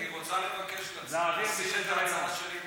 כי היא רוצה לבקש להסיר את ההצעה שלי מסדר-היום.